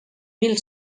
mil